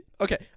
Okay